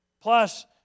Plus